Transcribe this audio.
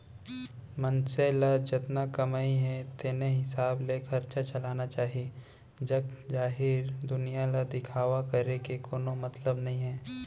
मनसे ल जतना कमई हे तेने हिसाब ले खरचा चलाना चाहीए जग जाहिर दुनिया ल दिखावा करे के कोनो मतलब नइ हे